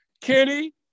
Kenny